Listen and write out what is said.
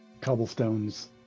cobblestones